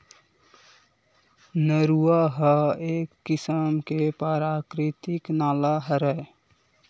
नरूवा ह एक किसम के पराकिरितिक नाला हरय